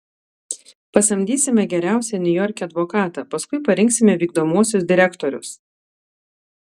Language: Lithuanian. pasamdysime geriausią niujorke advokatą paskui parinksime vykdomuosius direktorius